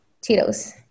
Tito's